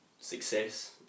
success